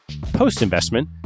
Post-investment